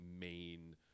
main